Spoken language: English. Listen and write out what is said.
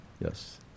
Yes